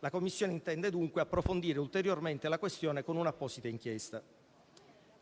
La Commissione intende, dunque, approfondire ulteriormente la questione con un'apposita inchiesta.